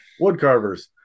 Woodcarvers